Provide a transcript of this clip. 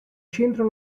centro